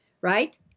right